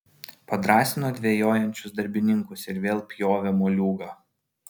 padrąsino dvejojančius darbininkus ir vėl pjovė moliūgą